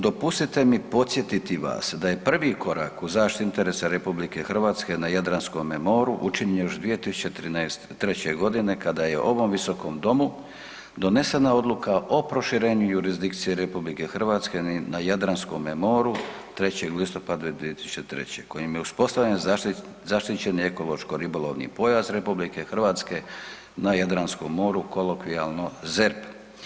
Dopustite mi podsjetiti vas da je prvi korak u zaštiti interesa RH na Jadranskome moru učinjen još 2003. g. kada je ovom Visokom domu donesena Odluka o proširenju jurisdikcije RH na Jadranskome moru, 3. listopada 2003., kojim je uspostavljen zaštićen ekološko-ribolovni pojas RH na Jadranskome moru, kolokvijalno ZERP.